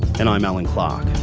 and i'm allan clarke.